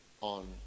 on